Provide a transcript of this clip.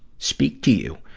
speak to you.